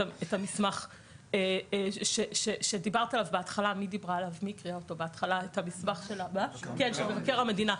המסמך שדיברת עליו בהתחלה של מבקר המדינה.